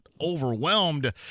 overwhelmed